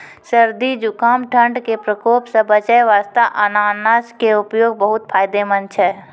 सर्दी, जुकाम, ठंड के प्रकोप सॅ बचै वास्तॅ अनानस के उपयोग बहुत फायदेमंद छै